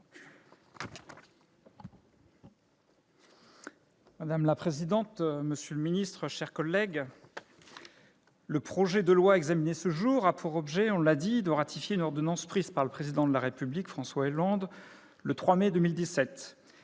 Madame la présidente, monsieur le ministre, mes chers collègues, le projet de loi que nous examinons a pour objet de ratifier une ordonnance prise par le Président de la République François Hollande le 3 mai 2017.